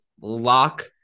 lock –